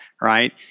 right